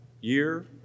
year